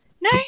no